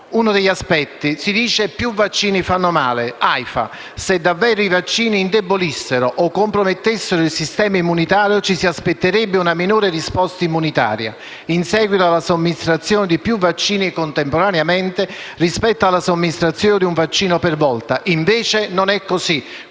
integralità. Si è detto che più vaccini farebbero male. Secondo l'Aifa «se davvero i vaccini indebolissero o compromettessero il sistema immunitario, ci si aspetterebbe una minore risposta immunitaria in seguito alla somministrazione di più vaccini contemporaneamente rispetto alla somministrazione di un vaccino per volta, invece non è così».